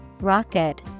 rocket